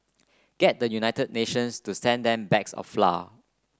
get the United Nations to send them bags of flour